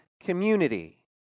community